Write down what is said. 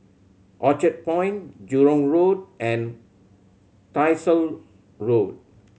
Orchard Point Jurong Road and Tyersall Road